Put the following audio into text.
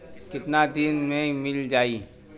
कितना दिन में मील जाई?